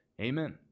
Amen